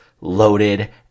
loaded